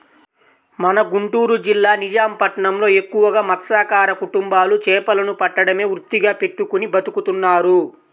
మన గుంటూరు జిల్లా నిజాం పట్నంలో ఎక్కువగా మత్స్యకార కుటుంబాలు చేపలను పట్టడమే వృత్తిగా పెట్టుకుని బతుకుతున్నారు